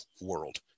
world